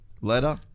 Letter